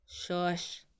shush